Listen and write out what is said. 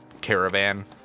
caravan